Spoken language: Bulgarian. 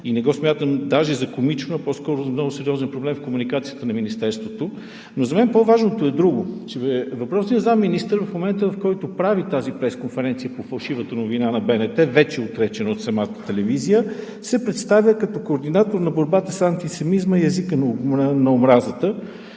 и не го смятам даже за комично, а по-скоро е много сериозен проблем в комуникацията на Министерството. Но за мен по-важното е, че въпросният заместник министър, в момента в който прави тази пресконференция по фалшивата новина на БНТ – вече отречена от самата телевизия, се представя като координатор на борбата с антисемитизма и езика на омразата.